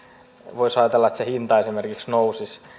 voisi ajatella että se hinta esimerkiksi nousisi